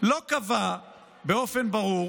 לא קבע באופן ברור